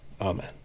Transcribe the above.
amen